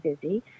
busy